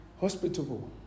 hospitable